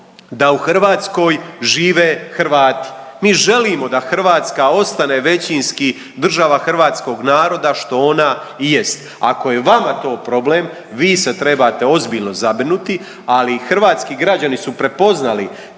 da u Hrvatskoj žive Hrvati. Mi želimo da Hrvatska ostane većinski država hrvatskog naroda, što ona i jest. Ako je vama to problem vi se trebate ozbiljno zabrinuti, ali hrvatski građani su prepoznali